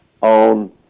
on